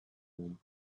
room